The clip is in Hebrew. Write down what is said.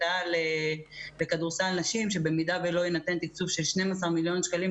העל בכדורסל נשים שבמידה שלא יינתן תקצוב של 12 מיליון שקלים,